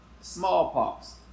smallpox